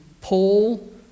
Paul